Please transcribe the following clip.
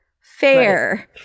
fair